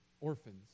orphans